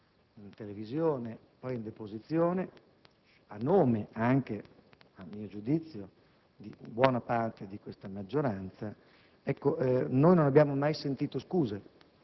televisione a prendere posizione a nome anche, a mio giudizio, di buona parte di questa maggioranza. Noi non abbiamo mai sentito scuse